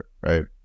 right